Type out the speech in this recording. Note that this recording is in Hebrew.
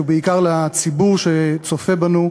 ובעיקר לציבור שצופה בנו,